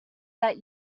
that